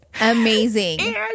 Amazing